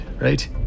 right